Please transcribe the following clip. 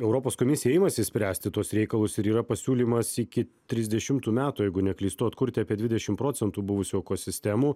europos komisija imasi spręsti tuos reikalus ir yra pasiūlymas iki trisdešimtų metų jeigu neklystu atkurti apie dvidešim procentų buvusių ekosistemų